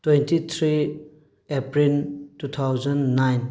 twenty three April two thousand nine